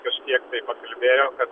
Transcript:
kažkiek tai pakalbėjo kad